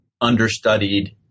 understudied